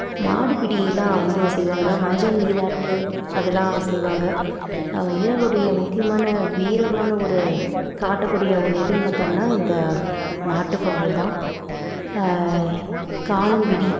மாடு பிடியிலாம் வந்து செய்வாங்க மஞ்சள் நீராட்டு அதெல்லாம் செய்வாங்க இளைஞர்களுடைய முக்கியமான வீரமாக ஒரு காட்டக்கூடிய ஒன்று எதுன்னு பார்த்தோம்னா இந்த மாட்டுப்பொங்கல் தான் காணும் பிடி